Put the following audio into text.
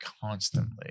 constantly